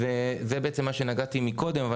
אני אגע בקצרה במה שנגעתי קודם: